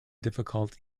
difficult